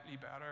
better